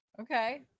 Okay